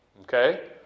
Okay